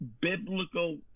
biblical